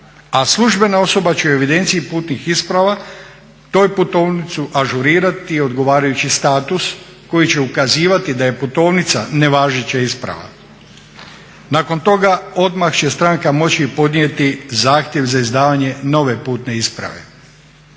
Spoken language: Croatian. a službena osoba će u evidenciji putnih isprava, tu putovnicu ažurirati odgovarajući status koji će ukazivati da je putovnica nevažeća isprava. Nakon toga odmah će stranka moći podnijeti zahtjev za izdavanje nove putne isprave.